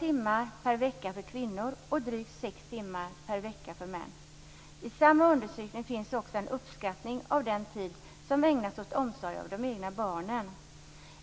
timmar per vecka för kvinnor och drygt 6 timmar per vecka för män. I samma undersökning finns också en uppskattning av den tid som ägnas åt omsorg av de egna barnen.